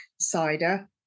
cider